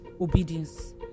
obedience